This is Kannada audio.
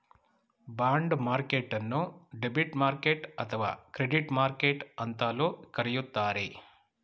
ಬಾಂಡ್ ಮಾರ್ಕೆಟ್ಟನ್ನು ಡೆಬಿಟ್ ಮಾರ್ಕೆಟ್ ಅಥವಾ ಕ್ರೆಡಿಟ್ ಮಾರ್ಕೆಟ್ ಅಂತಲೂ ಕರೆಯುತ್ತಾರೆ